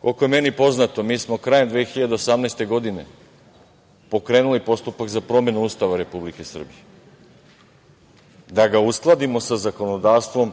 Koliko je meni poznato, mi smo krajem 2018. godine pokrenuli postupak za promenu Ustava Republike Srbije, da ga uskladimo sa zakonodavstvom